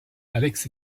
alex